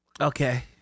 Okay